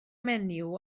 menyw